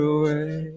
away